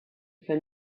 for